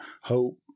Hope